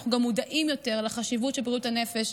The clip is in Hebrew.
אנחנו גם מודעים יותר לחשיבות של בריאות הנפש.